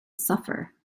suffer